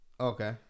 Okay